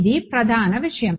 ఇది ప్రధాన విషయం